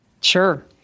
Sure